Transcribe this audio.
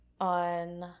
On